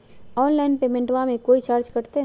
Online पेमेंटबां मे कोइ चार्ज कटते?